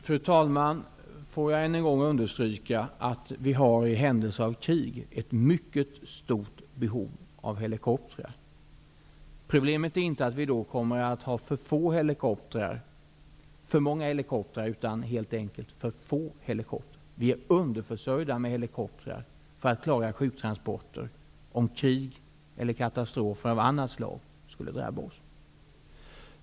Fru talman! Jag vill än en gång understryka att vi i händelse av krig har ett mycket stort behov av helikoptrar. Problemet är då inte att vi kommer att ha för många helikoptrar, utan helt enkelt för få. Vi är underförsörjda med helikoptrar för att klara sjuktransporter om krig eller annan katastrof skulle drabba landet.